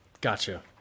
Gotcha